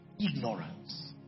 ignorance